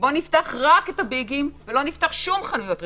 בוא נפתח רק את הביגים ולא נפתח שום חנויות רחוב,